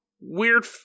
weird